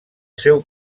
seu